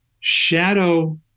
shadow